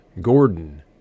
Gordon